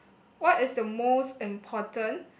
what is the most important